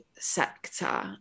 sector